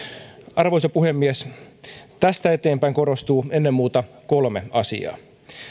arvoisa puhemies tästä eteenpäin korostuu ennen muuta kolme asiaa